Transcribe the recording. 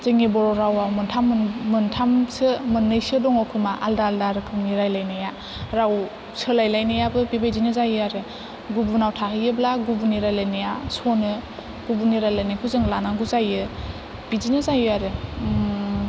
जोंनि बर' रावाव मोनथाम मोनथामसो मोननैसो दङ खोमा आलादा आलादा रोखोमनि रायलायनाया राव सोलायलायनायाबो बेबायदिनो जायो आरो गुबुनाव थाहैयोब्ला गुबुननि रायलायनाया सनो गुबुननि रायलायनायखौ जों लानांगौ जायो बिदिनो जायो आरो